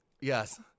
Yes